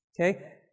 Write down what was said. Okay